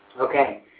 Okay